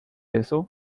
eso